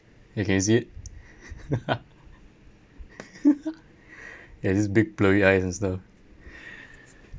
you can see it ya it has this big blurry eyes and stuff